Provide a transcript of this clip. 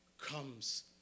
comes